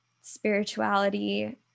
spirituality